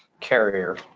carrier